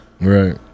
right